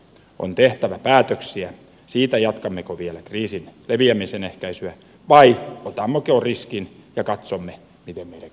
on tehtävä päätöksiä siitä jatkammeko vielä kriisin leviämisen ehkäisyä vai otammeko riskin ja katsomme miten meidän käy